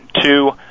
Two